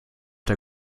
der